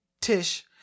Tish